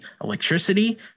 electricity